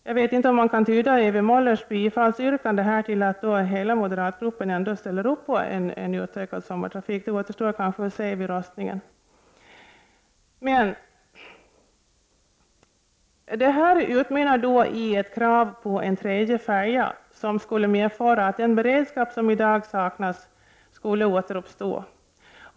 Jag vet inte om man kan tyda Ewy Möllers bifallsyrkande på så sätt att hela moderatgruppen ställer sig bakom utökad sommartrafik. Det återstår att se. Detta utmynnar i ett krav på trafik med en tredje färja som skulle medföra att den beredskap som i dag saknas skulle återuppstå.